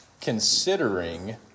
considering